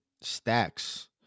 stacks